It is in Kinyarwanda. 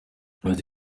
yagize